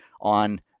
on